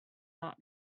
not